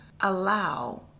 allow